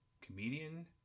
Comedian